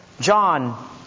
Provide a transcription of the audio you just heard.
John